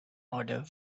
order